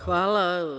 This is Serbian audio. Hvala.